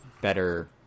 better